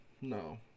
no